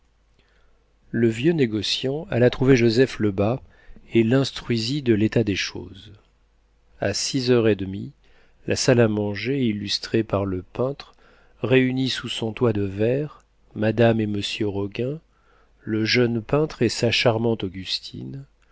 le vieux négociant alla trouver joseph lebas et l'instruisit de l'état des choses a six heures et demie la salle à manger illustrée par le peintre réunit sous son toit de verre madame et monsieur roguin le jeune peintre et sa charmante